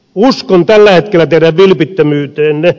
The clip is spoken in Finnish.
uskon tällä hetkellä teidän vilpittömyyteenne